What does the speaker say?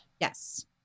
Yes